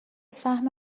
فهم